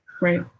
Right